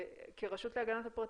וכרשות להגנת הפרטיות,